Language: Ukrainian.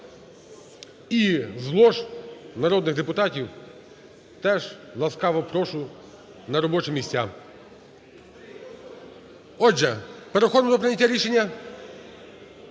і з лож народних депутатів теж ласкаво прошу на робочі місця. Отже, переходимо до прийняття рішення.